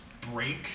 break